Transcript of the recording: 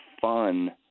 fun